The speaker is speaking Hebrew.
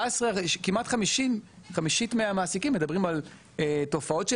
כמעט חמישית מהמעסיקים מדברים על תופעות של